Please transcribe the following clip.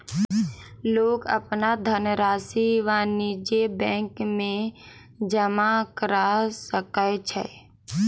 लोक अपन धनरशि वाणिज्य बैंक में जमा करा सकै छै